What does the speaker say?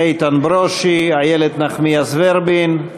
איתן ברושי, איילת נחמיאס ורבין.